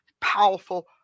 powerful